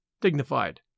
dignified